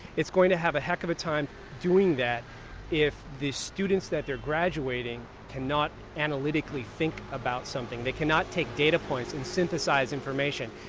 it's going to have a heck of a time doing that if the students that they're graduating cannot analytically think about something. they cannot take data points and synthesize information.